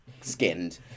skinned